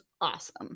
awesome